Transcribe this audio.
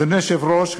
אדוני היושב-ראש,